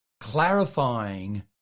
clarifying